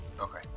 Okay